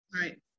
Right